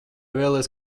vēlies